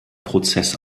prozess